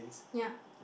ya